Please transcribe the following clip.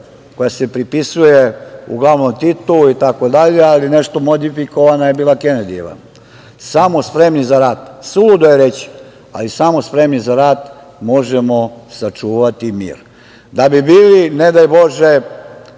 koja se pripisuje uglavnom Titu itd, ali nešto modifikovana je bila Kenedijeva – samo spremni za rat, suludo je reći, ali samo spremni za rat možemo sačuvati mir. Da bi bili, ne daj bože,